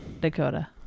Dakota